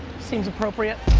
seems appropriate.